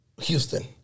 Houston